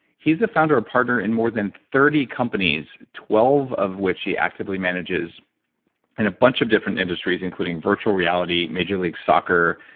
he's the founder or partner in more than thirty companies twelve of which he actively manages in a bunch of different industries, including virtual reality, major league soccer,